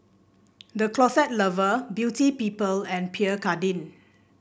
The Closet Lover Beauty People and Pierre Cardin